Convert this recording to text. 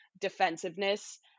defensiveness